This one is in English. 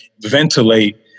ventilate